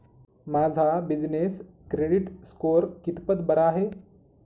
माझा business credit score कितपत बरा आहे?